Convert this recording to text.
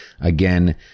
Again